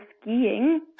skiing